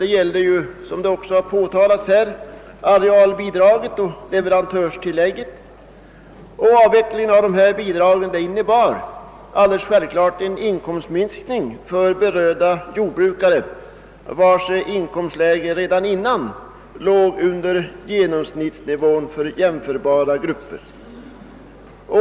Det gällde, som det också påtalats här, arealbidraget och leverantörstillägget. Avvecklingen av dessa bidrag innebar helt självklart en inkomstminskning för berörda jordbrukare, vilkas inkomstläge redan innan låg under genomisnittsnivån för jämförbara gruppers.